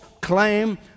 claim